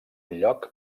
lloc